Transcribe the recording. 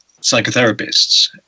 psychotherapists